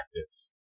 practice